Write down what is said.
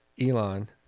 Elon